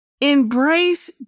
embrace